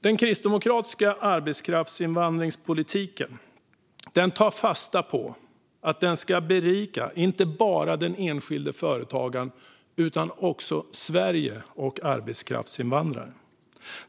Den kristdemokratiska arbetskraftsinvandringspolitiken tar fasta på att arbetskraftsinvandringen ska berika inte bara den enskilda företagaren utan också Sverige och arbetskraftsinvandraren.